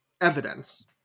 evidence